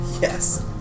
yes